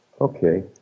Okay